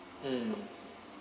mm